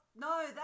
No